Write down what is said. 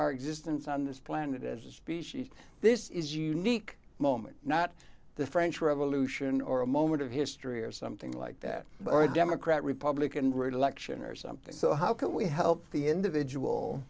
our existence on this planet as a species this is unique moment not the french revolution or a moment of history or something like that or a democrat republican re election or something so how can we help the individual